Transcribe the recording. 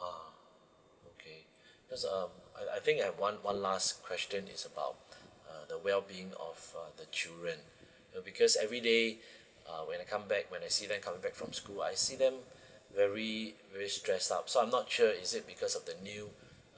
ah okay just uh I I think I have one one last question it's about uh the well being of uh the children uh because everyday uh when I come back when I see them coming back from school I see them very very stressed up so I'm not sure is it because of the new